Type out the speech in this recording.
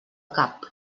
cap